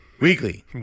Weekly